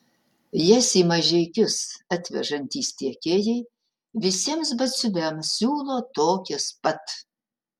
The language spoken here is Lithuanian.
jas į mažeikius atvežantys tiekėjai visiems batsiuviams siūlo tokias pat